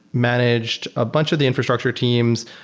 managed a bunch of the infrastructure teams.